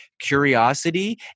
curiosity